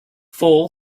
fall